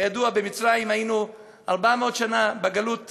כידוע, במצרים היינו 400 שנה, בגלות